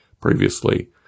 previously